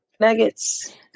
Nuggets